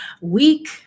week